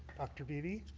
dr. bb,